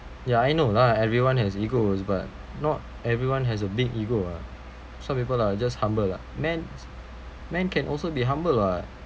ya I know lah everyone has egos but not everyone has a big ego ah some people are just humble lah men men can also be humble [what]